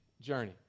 journey